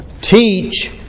Teach